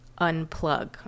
unplug